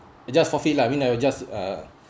it just forfeit lah I mean I will just uh